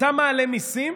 אתה מעלה מיסים,